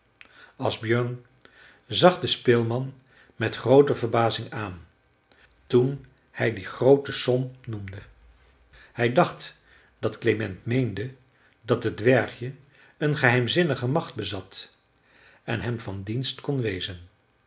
asbjörn zag den speelman met groote verbazing aan toen hij die groote som noemde hij dacht dat klement meende dat het dwergje een geheimzinnige macht bezat en hem van dienst kon wezen